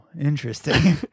Interesting